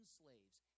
slaves